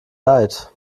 leid